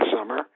summer